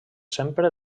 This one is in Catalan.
sempre